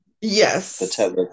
Yes